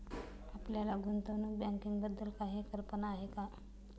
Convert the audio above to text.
आपल्याला गुंतवणूक बँकिंगबद्दल काही कल्पना आहे का?